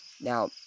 Now